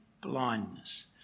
blindness